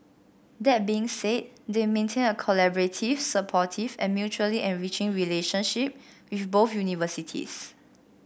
that being said they maintain a collaborative supportive and mutually enriching relationship with both universities